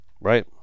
Right